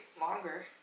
longer